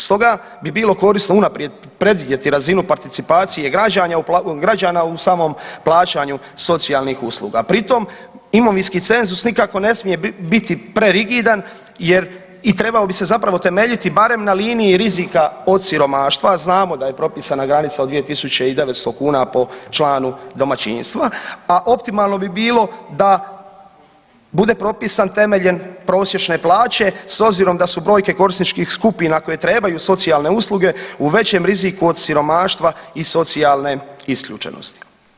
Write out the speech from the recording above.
Stoga bi bilo korisno unaprijed predvidjeti razinu participacije građana u samom plaćanju socijalnih usluga pri tom imovinski cenzus nikako ne smije biti prerigidan jer i trebao bi se zapravo temeljiti barem na liniji rizika od siromaštva, a znamo da je propisana granica od 2.900 kuna po članu domaćinstva, a optimalno bi bilo da bude propisan temeljem prosječne plaće s obzirom da su brojke korisničkih skupina koje trebaju socijalne usluge u većem riziku od siromaštva i socijalne isključenosti.